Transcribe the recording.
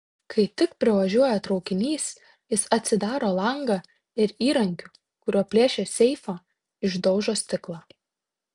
kai tik privažiuoja traukinys jis atsidaro langą ir įrankiu kuriuo plėšė seifą išdaužo stiklą